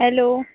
hello